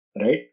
right